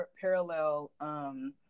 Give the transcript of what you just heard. parallel